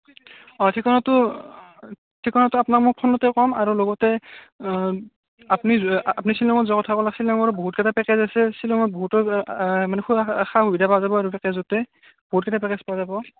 অ' ঠিকনাটো ঠিকনাটো আপোনাক মই ফোনতে ক'ম আৰু লগতে আপুনি আপুনি শ্বিলংত যোৱা কথা ক'লে শ্বিলংৰ বহুতকেইটা পেকেজ আছে শ্বিলংত বহুতো সা সুবিধা পোৱা যাব আৰু পেকেজতে বহুতকেইটা পেকেজ পোৱা যাব